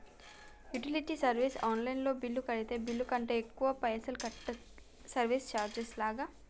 Utility service online లో bill కడితే bill కంటే ఎక్కువ పైసల్ కట్టాలా సర్వీస్ చార్జెస్ లాగా?